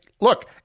look